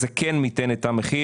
זה כן מיתן את המחיר.